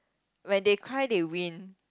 when they cry they win